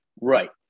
Right